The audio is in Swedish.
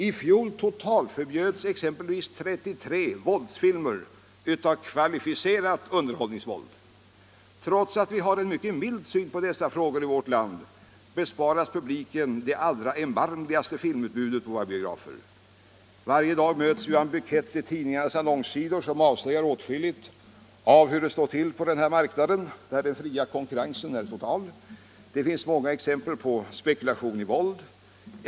I fjol totalförbjöds exempelvis 33 våldsfilmer med kvalificerat underhållningsvåld. Vi har en mycket mild syn på dessa frågor i vårt land som innebär att publiken besparas det allra erbarmligaste filmutbudet på våra biografer. Varje dag möts vi av en bukett i tidningarnas annonssidor som avslöjar åtskilligt av hur det står till på denna marknad där den fria konkurrensen är total. Det finns många exempel på spekulation i underhållningsvåld.